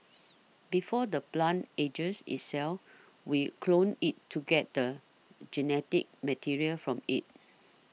before the plant ages itself we clone it to get the genetic material from it